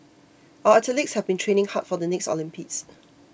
our athletes have been training hard for the next Olympics